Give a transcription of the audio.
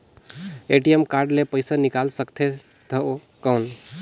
ATM card ले पइसा निकाल सकथे थव कौन?